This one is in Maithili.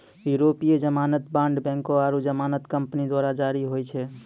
यूरोपीय जमानत बांड बैंको आरु जमानत कंपनी द्वारा जारी होय छै